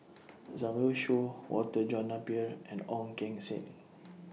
Zhang Youshuo Walter John Napier and Ong Keng Sen